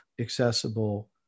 accessible